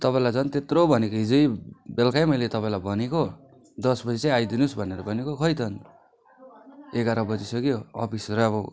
तपाईँलाई झन् तेत्यत्रो भनेको हिजै बेलुकै मैले तपाईँलाई भनेको दसबजे चाहिँ आइदिनुहोस् भनेर भनेको खोइ त अन्त एघार बजिसक्यो अफिस र अब